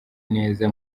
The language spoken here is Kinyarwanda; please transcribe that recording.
neza